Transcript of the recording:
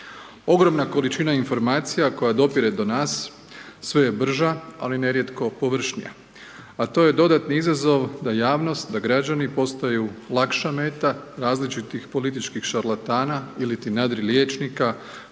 Ogromna količina informacija koja dopire do nas sve je brža ali nerijetko površnija, a to je dodatni izazov da javnost, da građani postaju lakša meta različitih političkih šarlatana ili ti nadriliječnika